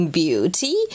beauty